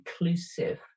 inclusive